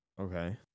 Okay